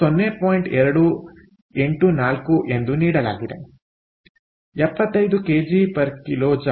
284 ನೀಡಲಾಗಿದೆ 75 kJkg